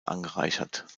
angereichert